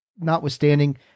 notwithstanding